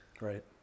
Right